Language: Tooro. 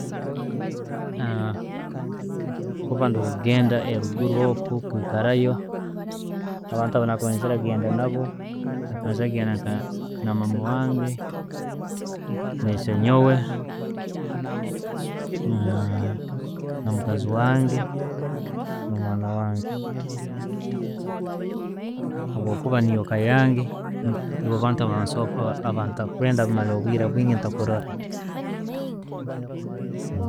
Kuba ndi wogenda eriguru okwo okwikarayo, abantu banakwenzire genda nabo, nakwenzire kugenda nka na' mama wange, na isse nyowe, namukazi wange, no mwana wange habwokuba niyo eka yange, niso nibo abantu abantakwenda kumara bwire bwingi ntakurora.